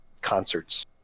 concerts